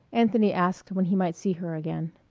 anthony asked when he might see her again.